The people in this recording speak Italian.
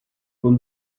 con